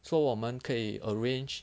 so 我们可以 arrange